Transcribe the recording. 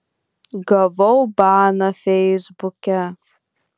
gavau baną feisbuke